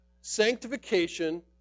Sanctification